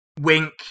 wink